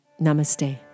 Namaste